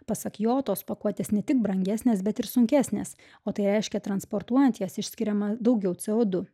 pasak jo tos pakuotės ne tik brangesnės bet ir sunkesnės o tai reiškia transportuojant jas išskiriama daugiau co du